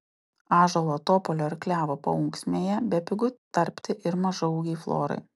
ąžuolo topolio ar klevo paunksmėje bepigu tarpti ir mažaūgei florai